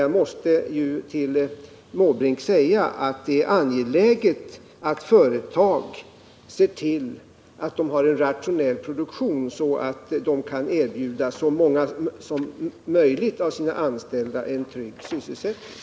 Jag måste emellertid säga till herr Måbrink att det är angeläget att företag ser till att de har en rationell produktion, så att de kan erbjuda så många som möjligt av sina anställda en trygg sysselsättning.